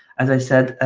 as i said,